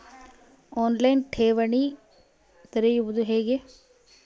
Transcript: On line ಠೇವಣಿ ತೆರೆಯುವುದು ಹೇಗೆ?